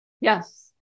Yes